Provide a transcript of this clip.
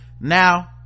now